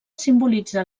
simbolitza